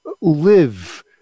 live